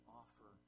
offer